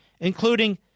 including